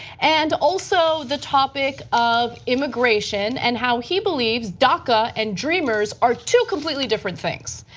and also the topic of immigration and how he believes daca and dreamers are two completely different things.